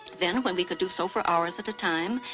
then when we could do so for hours at a time,